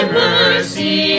mercy